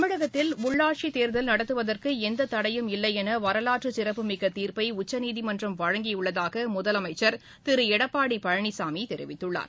தமிழகத்தில் உள்ளாட்சித்தேர்தல் நடத்துவதற்கு எந்த தடையும் இல்லை என வரலாற்று சிறப்புமிக்க தீர்ப்பை உச்சநீதிமன்றம் வழங்கியுள்ளதாக முதலமைச்சர் திரு எடப்பாடி பழனிசாமி தெரிவித்துள்ளார்